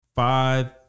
Five